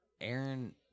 Aaron